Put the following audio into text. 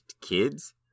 kids